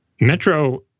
Metro